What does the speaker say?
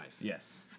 Yes